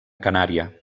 canària